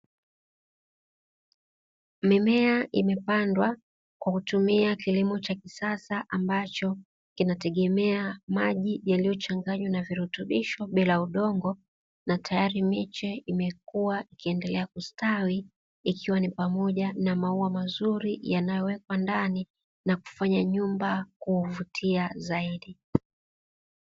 Mimea imepandwa kwa kutumia kilimo cha kisasa ambacho kinategemea maji yaliyochanganywa na virutubisho bila udongo, na tayari miche imekua ikiendelea kustawi ikiwa ni pamoja na maua mazuri yanayowekwa ndani na kufanya nyumba kuvutia zaidi.